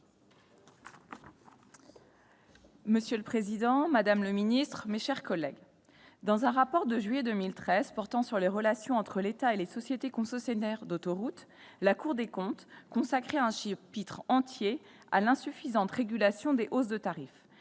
Monsieur le président, madame la ministre, mes chers collègues, dans un rapport de juillet 2013 portant sur les relations entre l'État et les sociétés concessionnaires d'autoroutes, la Cour des comptes consacrait un chapitre entier à l'insuffisante régulation des hausses de tarifs.